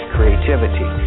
Creativity